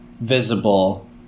visible